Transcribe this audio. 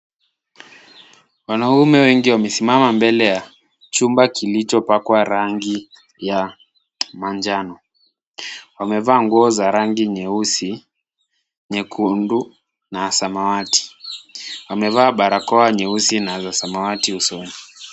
Wanaume wengi wamesimama mbele ya chumba kilichopakwa rangi ya manjano. Wamevaa nguo za rangi nyeusi, nyekundu na samawati. Wamevaa barakoa nyeusi na za samawati usoni.